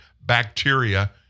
bacteria